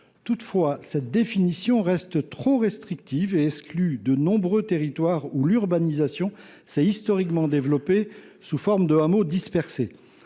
Toutefois, cette définition reste trop restrictive et exclut de nombreux territoires dans lesquels l’urbanisation s’est historiquement développée sous forme de hameaux dispersés